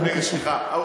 בבקשה.